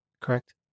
correct